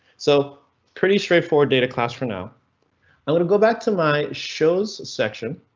so pretty straightforward data class. for now i'm going to go back to my shows section.